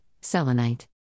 selenite